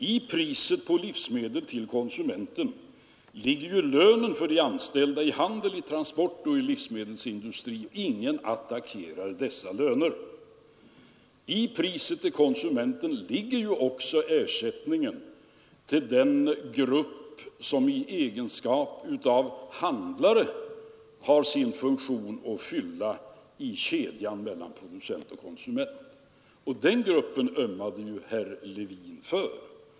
I priset på livsmedel till konsumenten ligger ju lönen för de anställda i handel, i transport och i livsmedelsindustri. Ingen attackerar dessa löner. I priset till konsumenten ligger också ersättningen till den grupp som i egenskap av handlande har sin funktion att fylla i kedjan mellan producent och konsument — och den gruppen ömmade ju herr Levin för.